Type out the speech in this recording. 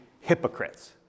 hypocrites